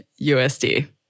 USD